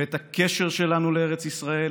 ואת הקשר שלנו לארץ ישראל,